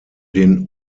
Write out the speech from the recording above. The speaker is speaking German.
den